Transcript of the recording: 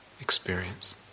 experience